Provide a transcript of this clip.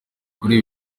kuri